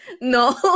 No